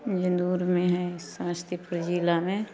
इधर रोडमे है समस्तीपुर जिलामे